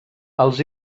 els